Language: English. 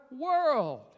world